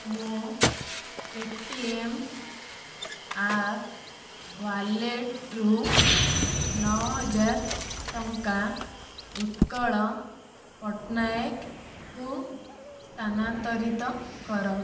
ମୋ Paytm app wallet ରୁ ନଅହଜାର ଟଙ୍କା ଉତ୍କଳ ପଟ୍ଟନାୟକ ଙ୍କୁ ସ୍ଥାନାନ୍ତରିତ କର